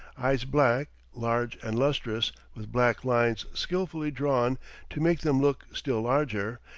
eyes black, large and lustrous, with black lines skillfully drawn to make them look still larger,